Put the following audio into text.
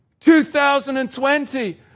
2020